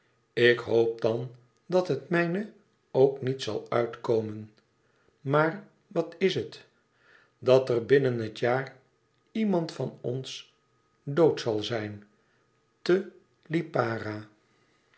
ik hoop dan dat het mijne ook niet zal uitkomen maar wat is het dat er binnen het jaar iemand van ons dood zal zijn te lipara